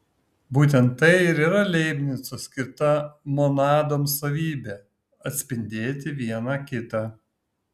būtent tai ir yra leibnico skirta monadoms savybė atspindėti viena kitą